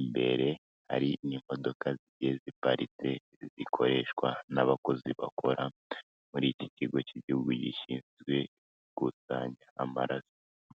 imbere hari n'imodoka zigiye ziparitse zikoreshwa n'abakozi bakora muri iki kigo cy'Igihugu ishinzwe gukusanya amaraso.